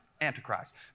Antichrist